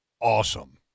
awesome